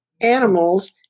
Animals